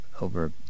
over